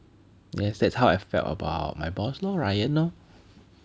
yes that's how I felt about my boss lor Ryan orh